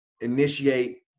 initiate